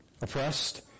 oppressed